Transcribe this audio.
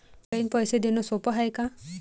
Online पैसे देण सोप हाय का?